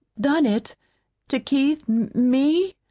done it to keith me?